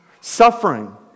Suffering